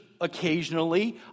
occasionally